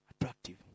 attractive